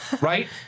right